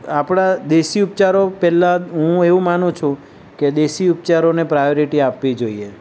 આપણ દેશી ઉપચારો પહેલાં હું એવું માનું છું કે દેશી ઉપચારોને પ્રાયોરિટી આપવી જોઈએ